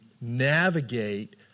navigate